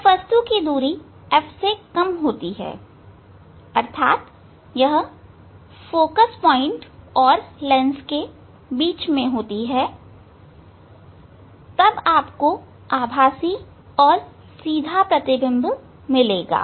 जब वस्तु की दूरी F से कम होती है अर्थात यह फोकल प्वाइंट और लेंस के बीच में होती है तब आपको सीधा और आभासी प्रतिबिंब मिलेगा